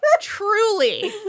Truly